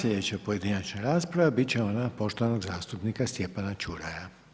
Sljedeća pojedinačna rasprava, biti će ona poštovanog zastupnika Stjepana Čuraja.